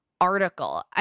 Article